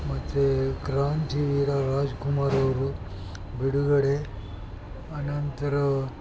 ಮತ್ತು ಕ್ರಾಂತಿವೀರ ರಾಜ್ಕುಮಾರ್ ಅವರು ಬಿಡುಗಡೆ ಆನಂತರ